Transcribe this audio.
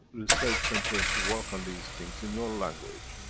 research centers, work on these things in your language,